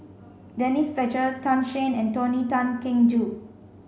Denise Fletcher Tan Shen and Tony Tan Keng Joo